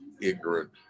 ignorant